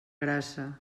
grassa